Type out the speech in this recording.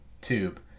tube